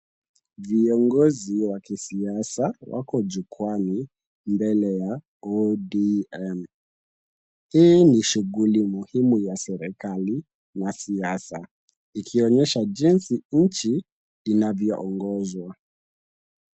Viongozi wa kisiasa wako jukwaani mbele ya ODM. Hii ni shughuli muhimu ya serikali na siasa, ikionyesha jinsi nchi inavyoongozwa.